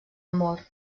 amor